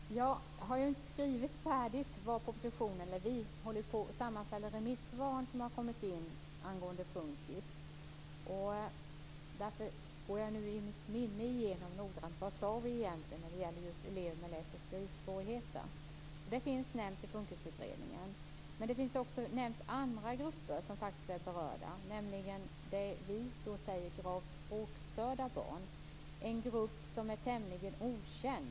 Fru talman! Jag har inte skrivit färdigt propositionen. Vi håller på och sammanställer de remissvar som har kommit in angående FUNKIS. Därför går jag nu i mitt minne noggrant igenom vad vi egentligen sade när det gäller just elever med läs och skrivsvårigheter. De nämns i FUNKIS-utredningen. Det nämns också andra grupper som faktiskt är berörda, nämligen det vi kallar gravt språkstörda barn. Det är en grupp som är tämligen okänd.